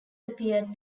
appeared